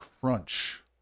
Crunch